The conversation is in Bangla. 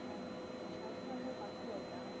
সাধু ভাষায় কথা বলতাম